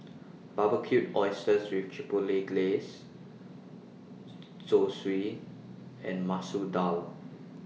Barbecued Oysters with Chipotle Glaze Zosui and Masoor Dal